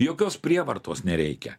jokios prievartos nereikia